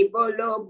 Bolo